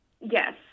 yes